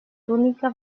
túnica